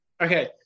okay